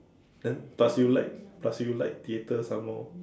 that plus you like plus you like theatre some more